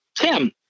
Tim